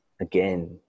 again